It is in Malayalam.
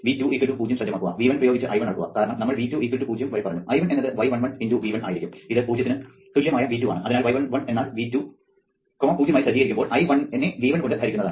V2 0 സജ്ജമാക്കുക V1 പ്രയോഗിച്ച് I1 അളക്കുക കാരണം നമ്മൾ V2 0 വരെ പറഞ്ഞു I1 എന്നത് y11 × V1 ആയിരിക്കും ഇത് 0 ന് തുല്യമായ V2 ആണ് അതിനാൽ y11 എന്നാൽ V2 0 ആയി സജ്ജീകരിക്കുമ്പോൾ I1 നെ V1 കൊണ്ട് ഹരിക്കുന്നതാണ്